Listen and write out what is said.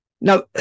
Now